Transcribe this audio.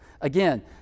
Again